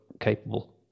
capable